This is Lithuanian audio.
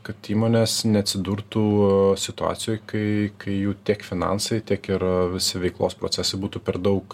kad įmonės neatsidurtų situacijoj kai kai jų tiek finansai tiek ir visi veiklos procesai būtų per daug